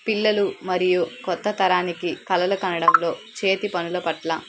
పిల్లలు మరియు కొత్త తరానికి కలలు కనడంలో చేతి పనుల పట్ల